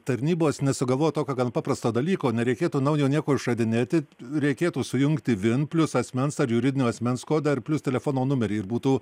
tarnybos nesugalvojo tokio gan paprasto dalyko nereikėtų naujo nieko išradinėti reikėtų sujungti vin plius asmens ar juridinio asmens kodą ir plius telefono numerį ir būtų